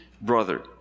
brother